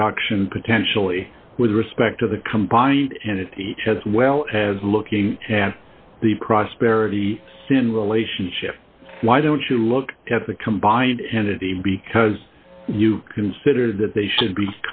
production potentially with respect to the combined entity as well as looking at the prosperity sin relationship why don't you look at the combined entity because you consider that they should